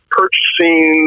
purchasing